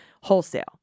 wholesale